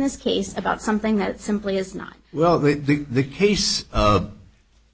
this case about something that simply is not well that the case